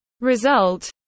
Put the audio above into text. result